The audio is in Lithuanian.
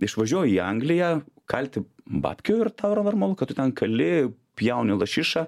išvažiuoja į angliją kalti babkių ir tau yra normalu kad tu ten kali pjauni lašišą